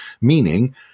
meaning